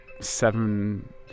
seven